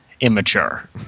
immature